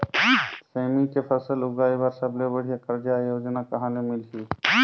सेमी के फसल उगाई बार सबले बढ़िया कर्जा योजना कहा ले मिलही?